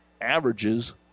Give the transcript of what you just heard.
averages